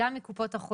גם מקופות החולים,